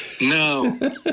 No